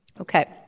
Okay